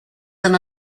than